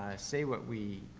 say what we,